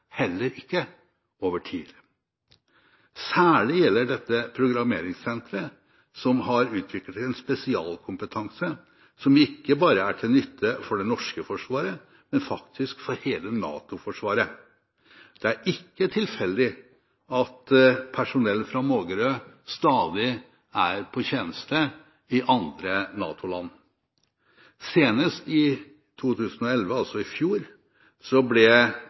heller ikke over tid. Særlig gjelder dette programmeringssenteret, som har utviklet en spesialkompetanse som ikke bare er til nytte for det norske forsvaret, men faktisk for hele NATO-forsvaret. Det er ikke tilfeldig at personell fra Mågerø stadig er i tjeneste i andre NATO-land. Senest i 2011, altså i fjor, ble